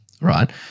right